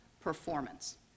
performance